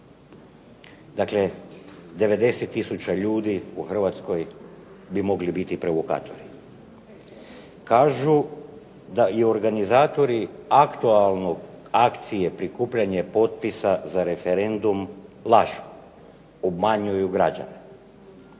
Dakle 90 tisuća ljudi u Hrvatskoj bi mogli biti provokatori. Kažu da i organizatori aktualne akcije prikupljanje potpisa za referendum lažu, umanjuju građane.